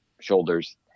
shoulders